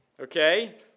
Okay